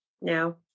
No